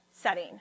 setting